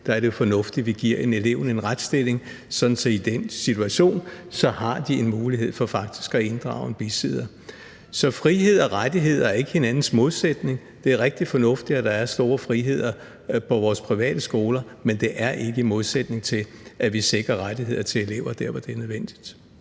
forældrene, fornuftigt, at vi giver eleven en retsstilling, så vedkommende i den situation har en mulighed for faktisk at inddrage en bisidder. Så frihed og rettigheder er ikke hinandens modsætning. Det er rigtig fornuftigt, at der er store friheder på vores private skoler, men det er ikke i modsætning til, at vi sikrer rettigheder til elever der, hvor det er nødvendigt.